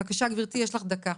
בבקשה גברתי, יש לך דקה.